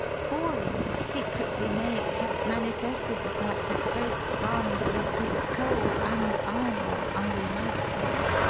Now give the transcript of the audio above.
borings secretly made have manifested the fact that both barnsley thick-coal and iron ore underlie the place.